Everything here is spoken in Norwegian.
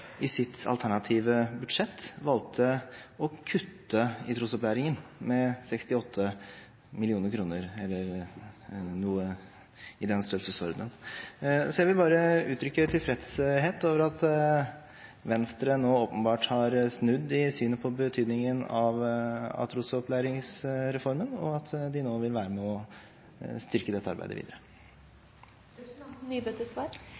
i sitt alternative budsjett valgte å kutte i trosopplæringen med 68 mill. kr eller noe i den størrelsesordenen. Jeg vil bare uttrykke tilfredshet over at Venstre åpenbart har snudd i synet på betydningen av trosopplæringsreformen, og at de nå vil være med å styrke dette arbeidet